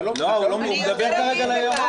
אתה לא --- הוא מדבר כרגע ליועצת,